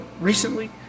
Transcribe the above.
recently